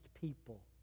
people